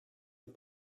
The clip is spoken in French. est